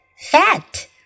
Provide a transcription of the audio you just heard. fat